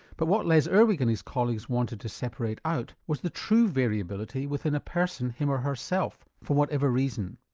but what les irwig and his colleagues wanted to separate out was the true variability within a person him or herself, for whatever reason.